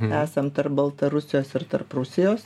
esam tarp baltarusijos ir tarp rusijos